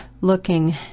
looking